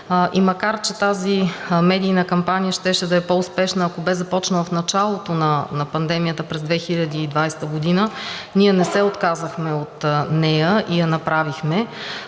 и макар че тази медийна кампания щеше да е по-успешна, ако бе започнала в началото на пандемията през 2020 г., ние не се отказахме от нея и я направихме.